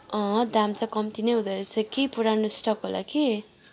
अँ दाम चाहिँ कम्ती नै हुँदोरहेछ कि पुरानो स्टक होला कि